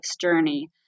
journey